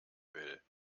will